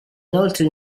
inoltre